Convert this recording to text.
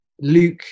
Luke